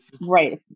right